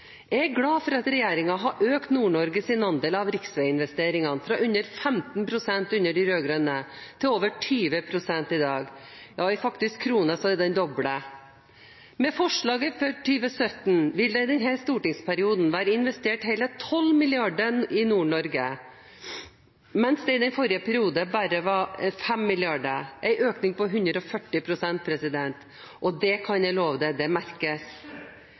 Jeg er glad for at regjeringen har økt Nord-Norges andel av riksveiinvesteringene, fra under 15 pst. under de rød-grønne til over 20 pst. i dag. Ja, i faktiske kroner er den doblet. Med forslaget for 2017 vil det i denne stortingsperioden være investert hele 12 mrd. kr i Nord-Norge, mens det i forrige periode var bare 5 mrd. kr, en økning på 140 pst. Det merkes, kan jeg love deg. I tillegg merkes det at veiene nå vedlikeholdes – det